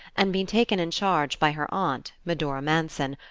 and been taken in charge by her aunt, medora manson,